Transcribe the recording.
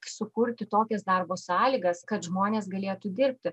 sukurti tokias darbo sąlygas kad žmonės galėtų dirbti